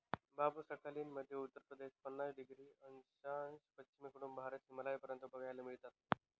बांबु Sakhalin मध्ये उत्तरेपासून पन्नास डिग्री उत्तर अक्षांश, पश्चिमेकडून भारत, हिमालयापर्यंत बघायला मिळतात